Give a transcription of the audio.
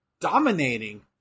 dominating